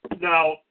Now